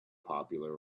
popular